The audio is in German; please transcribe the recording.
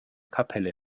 kapelle